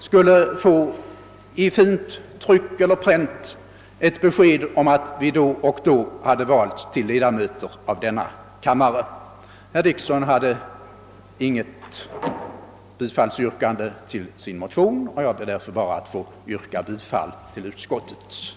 — i fint tryck eller pränt skulle få besked om att vi då och då valdes till ledamot av riksdagen. Herr Dickson hade inget bifallsyrkande till sin motion; jag ber att få yrka bifall till utskottets hemställan.